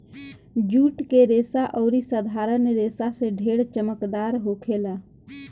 जुट के रेसा अउरी साधारण रेसा से ढेर चमकदार होखेला